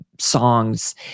songs